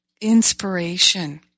inspiration